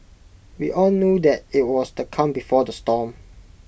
we all knew that IT was the calm before the storm